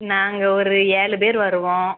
நாங்கள் ஒரு ஏழு பேர் வருவோம்